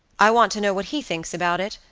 i want to know what he thinks about it,